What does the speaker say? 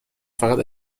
فقط